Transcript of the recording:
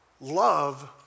Love